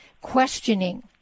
questioning